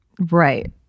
Right